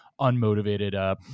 unmotivated